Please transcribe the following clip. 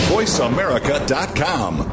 VoiceAmerica.com